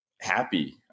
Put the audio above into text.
happy